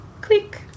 Click